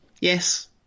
Yes